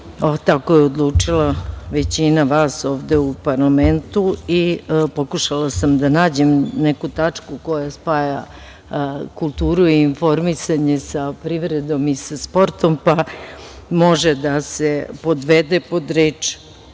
tako je odlučila većina vas ovde u parlamentu i pokušala sam da nađem neku tačku koja spaja kulturu i informisanje sa privrednom i sportom, pa može da se podvede pod reč,